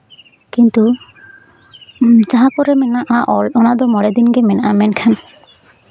ᱠᱤᱱᱛᱩ ᱡᱟᱦᱟᱸ ᱠᱚᱨᱮᱜ ᱢᱮᱱᱟᱜᱼᱟ ᱚᱞ ᱚᱱᱟᱫᱚ ᱢᱚᱬᱮ ᱫᱤᱱᱜᱮ ᱢᱮᱱᱟᱜᱼᱟ ᱢᱮᱱᱠᱷᱟᱱ